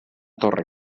torre